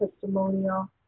testimonial